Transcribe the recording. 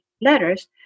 letters